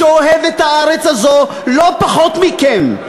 שאוהב את הארץ הזאת לא פחות מכם,